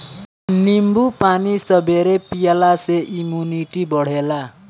नींबू पानी सबेरे पियला से इमुनिटी बढ़ेला